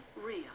real